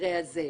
במקרה הזה.